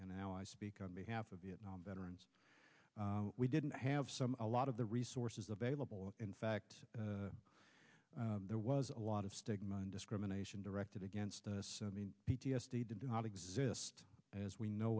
and now i speak on behalf of vietnam veterans we didn't have some a lot of the resources available in fact there was a lot of stigma and discrimination directed against p t s d did not exist as we know